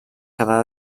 quedar